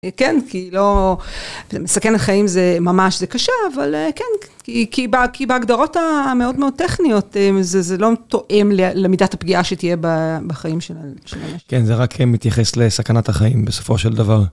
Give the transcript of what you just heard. כן, כי לא, מסכן החיים זה ממש קשה, אבל כן, כי בהגדרות המאוד מאוד טכניות זה לא תואם למידת הפגיעה שתהיה בחיים של אנשים. כן, זה רק מתייחס לסכנת החיים בסופו של דבר.